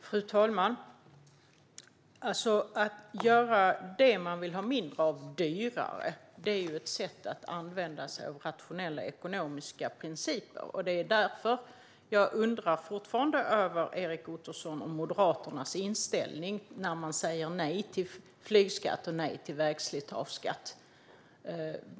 Fru talman! Att göra det man vill ha mindre av dyrare är ett sätt att använda rationella ekonomiska principer. Därför undrar jag fortfarande, Erik Ottoson, om Moderaternas inställning när man säger nej till flygskatt och vägslitageskatt.